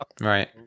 Right